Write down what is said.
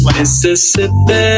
Mississippi